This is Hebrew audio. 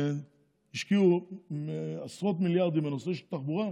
השקיעו עשרות מיליארדים בנושא של תחבורה,